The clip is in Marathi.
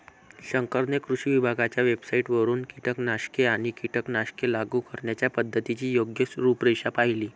शंकरने कृषी विभागाच्या वेबसाइटवरून कीटकनाशके आणि कीटकनाशके लागू करण्याच्या पद्धतीची योग्य रूपरेषा पाहिली